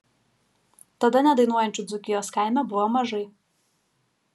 tada nedainuojančių dzūkijos kaime buvo mažai